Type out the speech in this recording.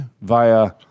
via